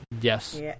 Yes